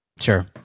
Sure